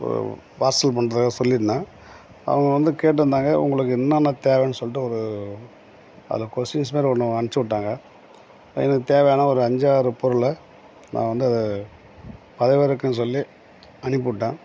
parcel பண்றதாக சொல்லியிருந்தேன் அவங்க வந்து கேட்டிருந்தாங்க உங்களுக்கு என்னென்னால் தேவைன்னு சொல்லிட்டு ஒரு அதை கொஷ்டீன்ஸ் மாதிரி ஒன்று அனுப்பிச்சி விட்டாங்க எனக்கு தேவையான ஒரு அஞ்சு ஆறு பொருளை நான் வந்து பதிவிறக்கம் சொல்லி அனுப்பிவிட்டேன்